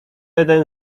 jeden